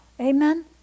Amen